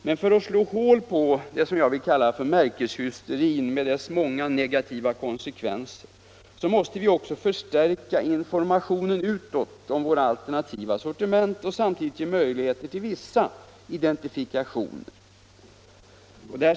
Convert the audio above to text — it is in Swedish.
Men för att slå hål på vad jag vill kalla märkeshysterin med dess många negativa konsekvenser måste vi också förstärka informationen utåt om våra alternativa sortiment och samtidigt ge möjlighet till vissa positiva ”identifikationer”.